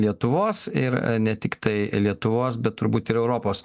lietuvos ir ne tiktai lietuvos bet turbūt ir europos